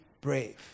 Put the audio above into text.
brave